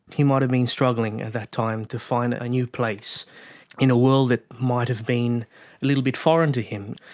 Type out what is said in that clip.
he might have been struggling at that time to find a new place in a world that might have been a little bit foreign to him,